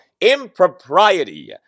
impropriety